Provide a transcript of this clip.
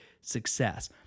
success